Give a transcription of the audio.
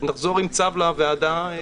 נחזור עם צו לוועדה.